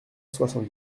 soixante